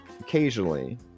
occasionally